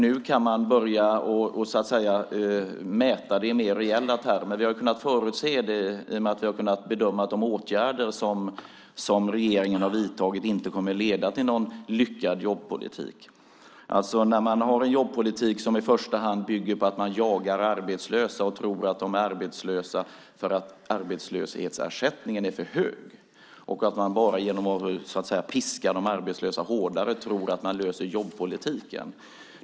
Nu kan man börja mäta det i mer reella termer. Vi har kunnat förutse det i och med att vi har kunnat bedöma att de åtgärder som regeringen har vidtagit inte kommer att leda till någon lyckad jobbpolitik. Man har en jobbpolitik som i första hand bygger på att man jagar arbetslösa och tror att de är arbetslösa för att arbetslöshetsersättningen är för hög och att man bara genom att piska de arbetslösa hårdare löser jobbpolitiken.